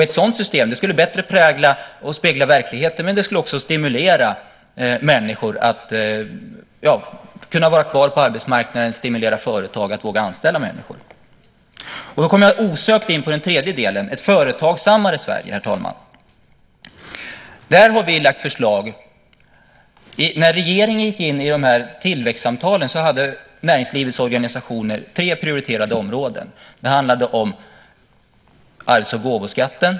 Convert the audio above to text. Ett sådant system skulle bättre spegla verkligheten, men det skulle också stimulera människor att vara kvar på arbetsmarknaden och stimulera företag att våga anställa människor. Då kommer jag osökt in på den tredje delen, herr talman: ett företagsammare Sverige. Där har vi lagt fram förslag. När regeringen gick in i tillväxtsamtalen hade näringslivets organisationer tre prioriterade områden. Det handlade om arvs och gåvoskatten.